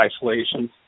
isolation